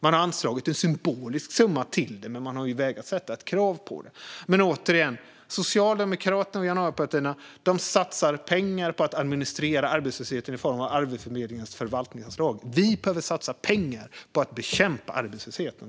De har anslagit en symbolisk summa till det, men de har vägrat att sätta ett krav på det. Återigen: Socialdemokraterna och januaripartierna satsar pengar på att administrera arbetslösheten i form av Arbetsförmedlingens förvaltningsanslag. Vi behöver satsa pengar på att bekämpa arbetslösheten.